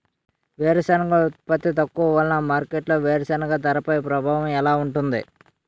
వేరుసెనగ ఉత్పత్తి తక్కువ వలన మార్కెట్లో వేరుసెనగ ధరపై ప్రభావం ఎలా ఉంటుంది?